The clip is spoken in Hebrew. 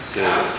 נא להוסיף אותי.